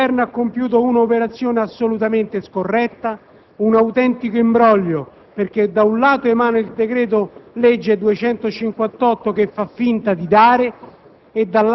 Il Governo ha compiuto un'operazione assolutamente scorretta, un autentico imbroglio, perché, da un lato, ha emanato il decreto-legge n. 258 del 2006, che fa finta di dare,